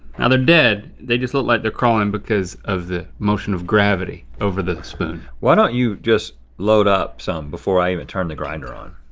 now they're dead, they just look like they're crawling because of the motion of gravity over the spoon. why don't you just load up some before i even turn the grinder on?